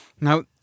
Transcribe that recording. Now